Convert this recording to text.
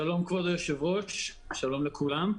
שלום, כבוד היושב-ראש, שלום לכולם,